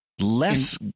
less